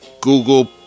Google